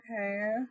okay